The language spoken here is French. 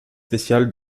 spéciale